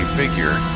figure